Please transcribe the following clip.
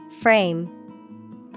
Frame